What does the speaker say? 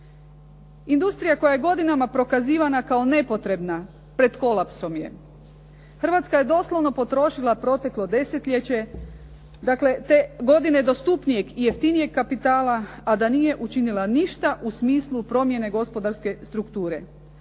Industrija koja je godinama prikazivana kao nepotrebna pred kolapsom je. Hrvatska je doslovno potrošila proteklo desetljeće, dakle, te godine dostupnijeg i jeftinijeg kapitala a da nije učinila ništa u smislu promjene gospodarske strukture.